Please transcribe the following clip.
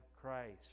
Christ